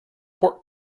port